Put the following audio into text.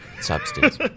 substance